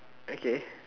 okay